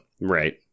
Right